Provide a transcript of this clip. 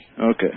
Okay